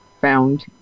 found